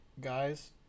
guys